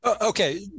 Okay